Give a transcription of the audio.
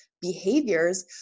behaviors